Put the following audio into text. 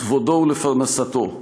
לכבודו ולפרנסתו,